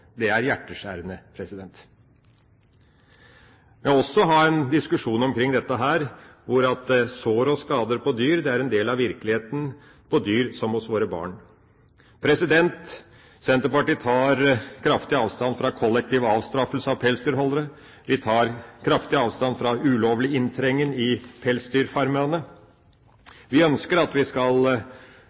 Det er hjerteskjærende. Vi må også ha en diskusjon omkring at sår og skader på dyr er en del av virkeligheten hos dyr, som det er hos våre barn. Senterpartiet tar kraftig avstand fra kollektiv avstraffelse av pelsdyrholdere. Vi tar kraftig avstand fra ulovlig inntrengen i pelsdyrfarmene. Vi ønsker at vi skal